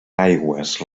aigües